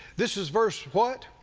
this is verse what?